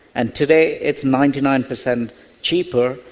and today it's ninety nine percent cheaper,